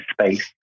space